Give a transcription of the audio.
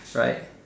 right